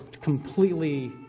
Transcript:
completely